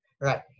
Right